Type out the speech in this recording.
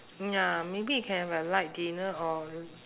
ya maybe we can have a light dinner or